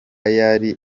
yari